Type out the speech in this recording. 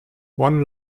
one